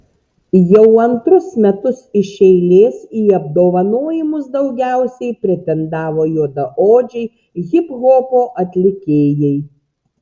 jau antrus metus iš eilės į apdovanojimus daugiausiai pretendavo juodaodžiai hiphopo atlikėjai